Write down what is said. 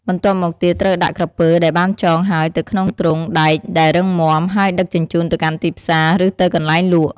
បន្ទាប់មកទៀតត្រូវដាក់ក្រពើដែលបានចងហើយទៅក្នុងទ្រុងដែកដែលរឹងមាំ ហើយដឹកជញ្ជូនទៅកាន់ទីផ្សារ ឬទៅកន្លែងលក់។